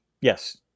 Yes